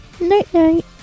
Night-night